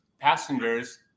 passengers